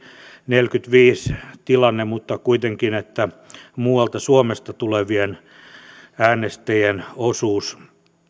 neljäkymmentäviisi tilanne mutta kuitenkin muualta suomesta tulevien äänestäjien osuus